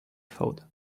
food